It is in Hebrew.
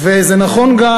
וזה נכון גם